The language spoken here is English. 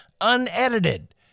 Unedited